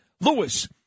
Lewis